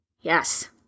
Yes